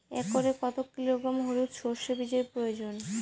একরে কত কিলোগ্রাম হলুদ সরষে বীজের প্রয়োজন?